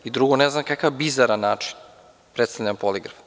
Drugo, ne znam kakav bizaran način predstavlja poligraf.